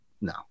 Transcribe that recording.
no